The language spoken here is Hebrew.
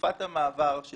שבתקופת המעבר של